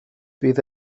bydd